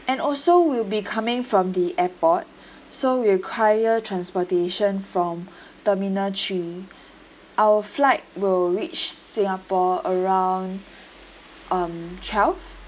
and also we'll be coming from the airport so we require transportation from terminal three our flight will reach singapore around um twelve